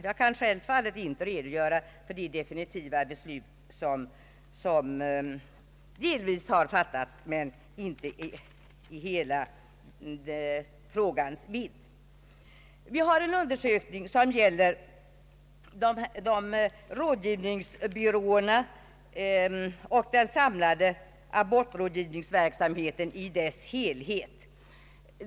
För kommitténs räkning har t.ex. gjorts en undersökning som gäller de statligt understödda rådgivningsbyråerna och den samlade abortrådgivningens verksamhet i dess helhet.